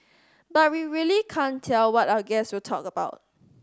but we really can't tell what our guest will talk about